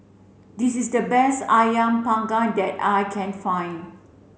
this is the best Ayam panggang that I can find